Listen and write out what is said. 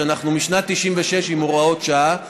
שאנחנו משנת 1996 עם הוראות שעה.